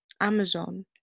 Amazon